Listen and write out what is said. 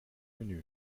menü